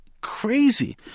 crazy